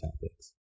topics